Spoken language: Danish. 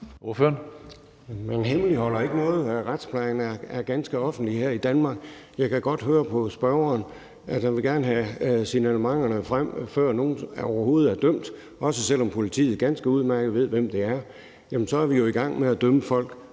Henriksen (V): Jeg hemmeligholder ikke noget. Retsplejen er ganske offentlig her i Danmark. Jeg kan godt høre på spørgeren, at man gerne vil have signalementerne frem, før nogen overhovedet er dømt, også selv om politiet ganske udmærket ved, hvem det er. Men så er vi jo i gang med at dømme folk